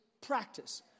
practice